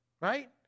right